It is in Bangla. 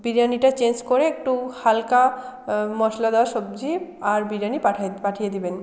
বিরিয়ানিটা চেঞ্জ করে একটু হালকা মশলা দেওয়া সবজি আর বিরিয়ানি পাঠায় পাঠিয়ে দিবেন